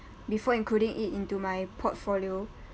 before including it into my portfolio